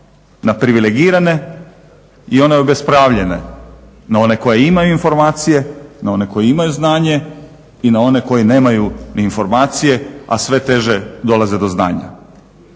na privilegirane i one obespravljene, na one koji imaju informacije, na one koje imaju znanje i na one koji nemaju ni informacije, a sve teže dolaze do znanja.